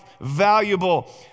valuable